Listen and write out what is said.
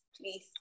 please